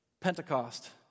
Pentecost